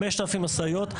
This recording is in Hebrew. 5,000 משאיות,